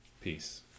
Peace